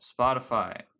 Spotify